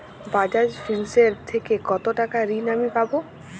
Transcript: বাজাজ ফিন্সেরভ থেকে কতো টাকা ঋণ আমি পাবো?